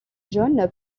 jaune